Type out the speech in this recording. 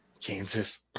Kansas